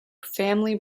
family